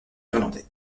irlandais